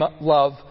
love